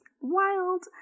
Wild